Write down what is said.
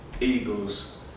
Eagles